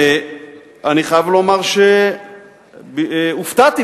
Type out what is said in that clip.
ואני חייב לומר שהופתעתי,